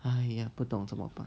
!aiya! 不懂怎么办